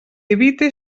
evite